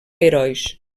herois